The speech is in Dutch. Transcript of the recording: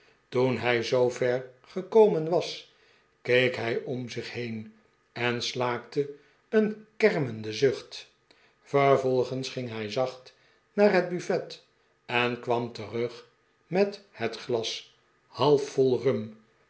toen hij zoover gekomen was keek hij om zieh heen en slaakte een kermenden zucht vervolgens ging hij zacht haar het buffet eh kwam terug met het glas half vol rum